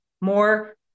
more